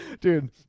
Dude